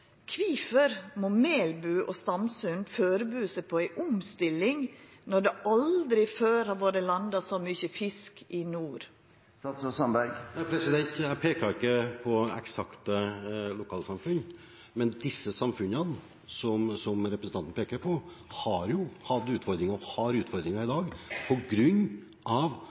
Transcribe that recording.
må Melbu og Stamsund førebu seg på ei omstilling når det aldri før har vore landa så mykje fisk i nord? Jeg pekte ikke på eksakte lokalsamfunn, men disse samfunnene som representanten peker på, har hatt utfordringer og har utfordringer i dag